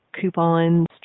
coupons